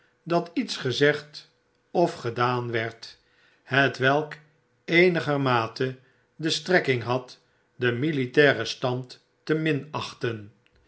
dat iets gezegd of gedaan werd hetwelk eenigermate de strekking had den militairen stand te